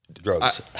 drugs